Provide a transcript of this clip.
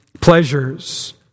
pleasures